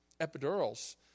epidurals